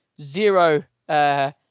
zero